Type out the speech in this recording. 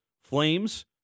Flames